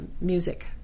music